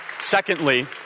secondly